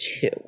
two